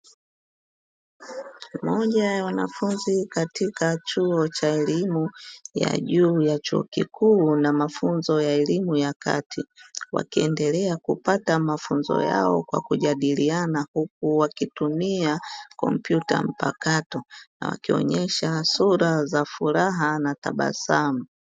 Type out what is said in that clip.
Moja ya wanafunzi katika chuo cha elimu ya juu ya chuo kikuu na mafunzo ya elimu ya kati, wakiendelea kupata mafunzo yao kwa kujadiliana huku wakitumia kompyuta mpakato na wakionyesha sura za furaha na tabasamu.